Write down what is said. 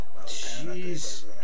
Jeez